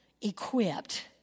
equipped